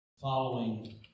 following